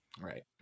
Right